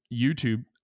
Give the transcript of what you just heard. YouTube